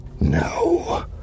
No